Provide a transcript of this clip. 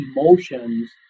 emotions